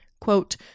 quote